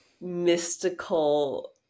mystical